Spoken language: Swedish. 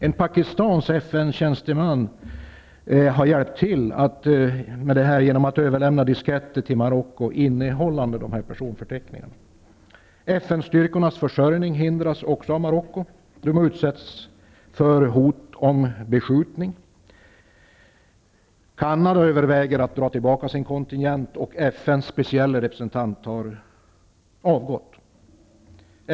En pakistansk FN tjänsteman har hjälpt till genom att till Marocko överlämna disketter som innehåller personförteckningarna. FN-styrkornas försörjning hindras också av Marocko. Styrkorna utsätts för hot om beskjutning. Canada överväger att dra tillbaka sin kontingent, och FN:s speciella representant har avgått.